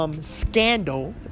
Scandal